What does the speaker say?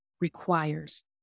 requires